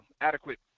adequate